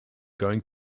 going